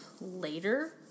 later